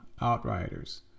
Outriders